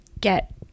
get